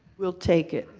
we'll take it.